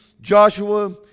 Joshua